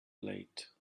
late